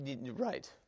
Right